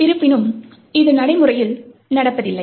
இருப்பினும் இது நடைமுறையில் நடப்பதில்லை